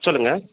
சொல்லுங்க